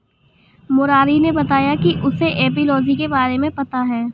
मुरारी ने बताया कि उसे एपियोलॉजी के बारे में पता है